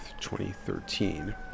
2013